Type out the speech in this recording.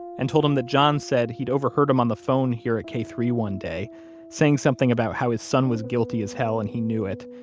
and told him that john said he'd overheard him on the phone here at k three one day saying something about how his son was guilty as hell, and he knew it.